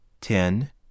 ten